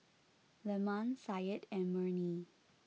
Leman Syed and Murni